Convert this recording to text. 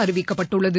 அறிவிக்கப்பட்டுள்ளது